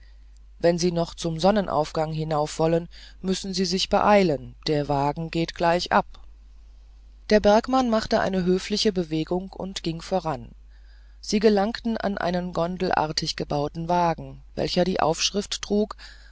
wenn sie noch zum sonnenaufgang hinaufwollen müssen sie sich beeilen der wagen geht gleich ab ich bin ganz fremd hier erwiderte saltner wenn sie erlauben schließe ich mich ihnen an der bergmann machte eine höfliche bewegung und ging voran sie gelangten an einen gondelartig gebauten wagen welcher die aufschrift trug